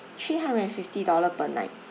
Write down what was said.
three hundred and fifty dollar per night